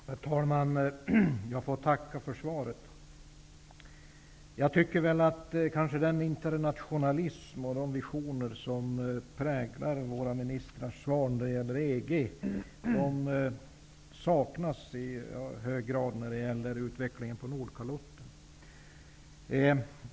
Herr talman! Jag får tacka för svaret. Den internationalism och de visioner som präglar våra ministrars svar i fråga om EG saknas i hög grad när det gäller utvecklingen på Nordkalotten.